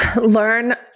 learn